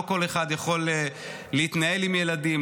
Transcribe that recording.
לא כל אחד יכול להתנהל עם ילדים,